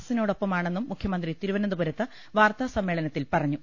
എസിനോടൊപ്പമാണെന്നും മുഖ്യമന്ത്രി തിരുവനന്തപുരത്ത് വാർത്താസമ്മേളനത്തിൽ പറഞ്ഞു